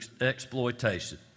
exploitation